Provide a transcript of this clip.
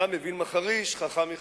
גם אוויל מחריש חכם ייחשב.